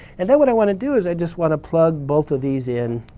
and then what i want to do is i just want to plug both of these in